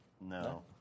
No